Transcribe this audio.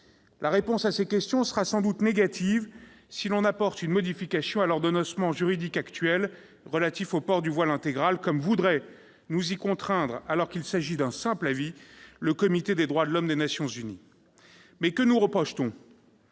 La réponse à ces questions sera sans doute négative si l'on apporte une modification à l'ordonnancement juridique actuel relatif au port du voile intégral, comme voudrait nous y contraindre, alors qu'il s'agit d'un simple avis, le Comité des droits de l'homme des Nations unies. Mais que nous reproche-t-on ?